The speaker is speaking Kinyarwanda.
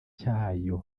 cyayo